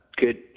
good